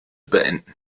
beenden